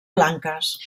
blanques